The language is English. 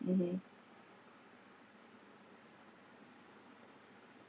mmhmm